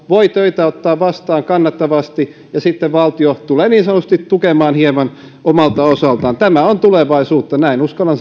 voi töitä ottaa vastaan kannattavasti ja sitten valtio tulee niin sanotusti tukemaan hieman omalta osaltaan tämä on tulevaisuutta näin uskallan